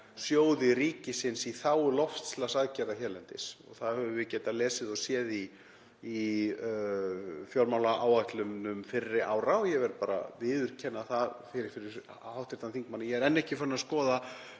sjóði ríkisins í þágu loftslagsaðgerða hérlendis. Það höfum við getað lesið og séð í fjármálaáætlunum fyrri ára og ég verð bara að viðurkenna það fyrir hv. þingmanni að ég er enn ekki farinn að skoða